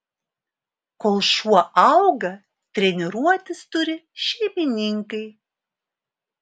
kol šuo auga treniruotis turi šeimininkai